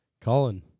Colin